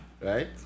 right